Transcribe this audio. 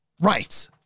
Right